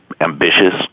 ambitious